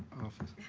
office.